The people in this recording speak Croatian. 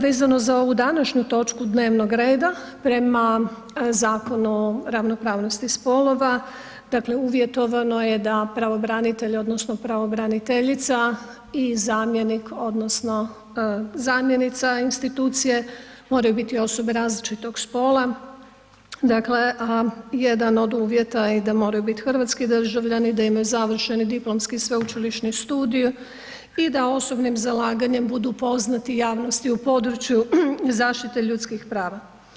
Vezano za ovu današnju točku dnevnog reda prema Zakonu o ravnopravnosti spolova dakle uvjetovano je pravobranitelj odnosno pravobraniteljica i zamjenik odnosno zamjenica institucije moraju biti osobe različitog spola, dakle a jedan od uvjeta je da moraju biti i hrvatski državljani, da imaju završeni diplomski sveučilišni studij i da osobnim zalaganjem budu poznati javnosti u području zaštite ljudskih prava.